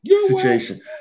situation